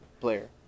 player